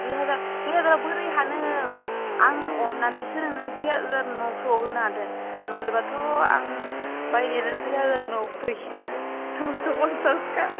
दुइ हाजार दुइ हाजाराव बोरै हानो आं अननानैसो नोंनो दुइ हाजार नौस'आव होनो हादों नहलेबाथ' आं बायनायानो दुइ हाजार नबबय नौस' फनसास खा